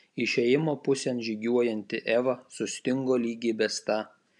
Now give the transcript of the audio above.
išėjimo pusėn žygiuojanti eva sustingo lyg įbesta